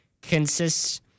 consists